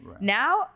Now